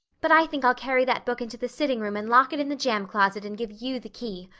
but i think i'll carry that book into the sitting room and lock it in the jam closet and give you the key.